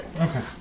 Okay